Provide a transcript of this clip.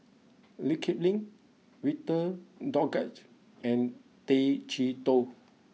Lee Kip Lin Victor Doggett and Tay Chee Toh